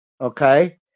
okay